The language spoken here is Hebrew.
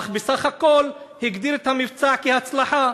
אך בסך הכול הגדיר את המבצע כהצלחה.